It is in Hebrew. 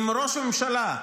אם ראש הממשלה,